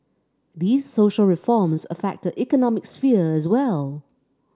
these social reforms affect the economic sphere as well